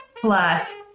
plus